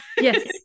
Yes